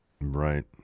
Right